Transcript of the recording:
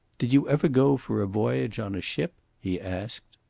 did you ever go for a voyage on a ship? he asked.